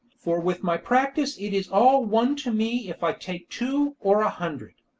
for with my practice it is all one to me if i take two or a hundred.